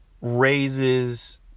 raises